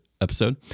episode